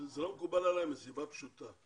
זה לא מקובל עלי מסיבה פשוטה.